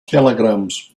telegrams